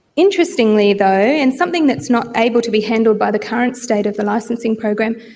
interestingly though, and something that's not able to be handled by the current state of the licensing program,